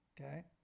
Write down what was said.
okay